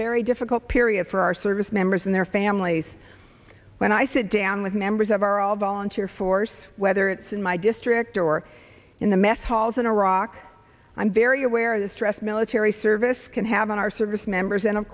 very difficult period for our service members and their families when i sit down with members of our all volunteer force whether it's in my district or in the mess halls in iraq i'm very aware of the stress military service can have on our service members and of